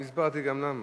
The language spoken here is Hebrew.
גם הסברתי למה.